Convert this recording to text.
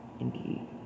Indeed